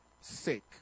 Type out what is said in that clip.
sake